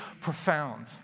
profound